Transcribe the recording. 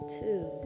two